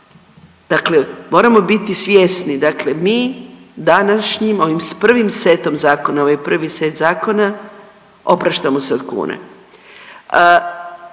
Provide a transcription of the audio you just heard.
Dakle, moramo biti svjesni, dakle mi današnjim ovim s prvim setom zakona, ovo je prvi set zakona, opraštamo se od kune.